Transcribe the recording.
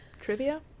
trivia